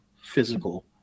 physical